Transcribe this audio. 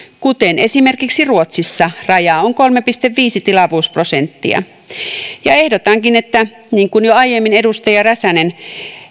kuten esimerkiksi ruotsissa jossa raja on kolme pilkku viisi tilavuusprosenttia ehdotankin niin kuin jo aiemmin edustaja räsänen